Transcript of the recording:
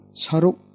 saruk